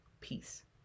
peace